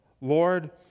Lord